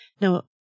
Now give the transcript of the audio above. Now